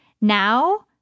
now